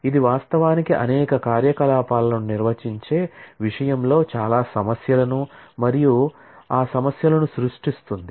ఇది వాస్తవానికి అనేక కార్యకలాపాలను నిర్వచించే విషయంలో చాలా సమస్యలను మరియు సమస్యలను సృష్టిస్తుంది